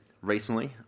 recently